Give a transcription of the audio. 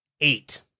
eight